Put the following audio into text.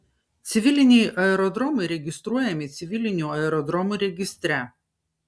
civiliniai aerodromai registruojami civilinių aerodromų registre